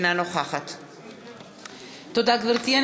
אינה נוכחת תודה, גברתי.